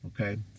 Okay